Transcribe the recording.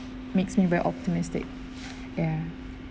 makes me very optimistic ya